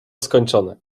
skończone